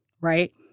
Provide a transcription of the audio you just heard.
right